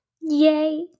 Yay